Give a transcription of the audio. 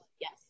yes